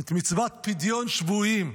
את מצוות פדיון שבויים,